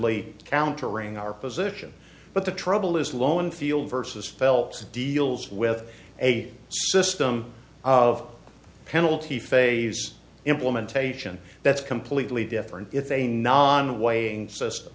y countering our position but the trouble is low and feel versus phelps deals with a system of penalty phase implementation that's completely different if a non weighing system